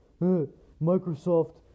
Microsoft